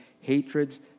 hatreds